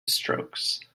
strokes